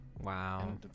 wow